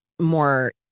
more